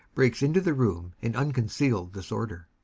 breaks into the room in unconcealed disorder.